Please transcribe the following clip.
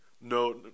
No